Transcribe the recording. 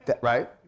right